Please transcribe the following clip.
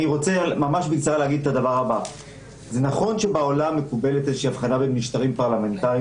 זה נכון שבעולם מקובלת איזושהי הבחנה בין משטרים פרלמנטרים